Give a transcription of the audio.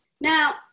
Now